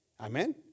Amen